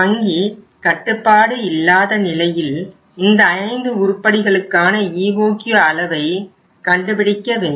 வங்கி கட்டுப்பாடு இல்லாத நிலையில் இந்த ஐந்து உருப்படிகளுக்கான EOQ அளவை கண்டுபிடிக்க வேண்டும்